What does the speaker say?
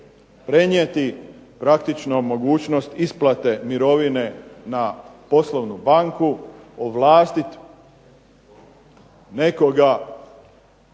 prenijeti mogućnost isplate mirovine na poslovnu banku, ovlastiti nekoga,